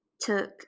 took